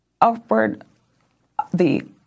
upward—the